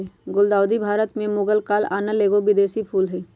गुलदाऊदी भारत में मुगल काल आनल एगो विदेशी फूल हइ